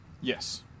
Yes